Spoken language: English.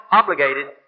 obligated